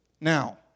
Now